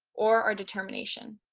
or our determination.